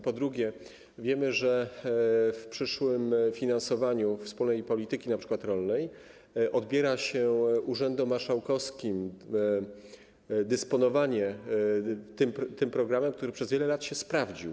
Po drugie, wiemy, że w przyszłym finansowaniu wspólnej polityki rolnej odbiera się urzędom marszałkowskim dysponowanie tym programem, który przez wiele lat się sprawdził.